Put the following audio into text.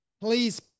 please